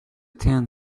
ten